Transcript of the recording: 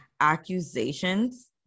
accusations